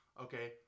okay